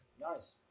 Nice